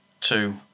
two